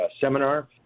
seminar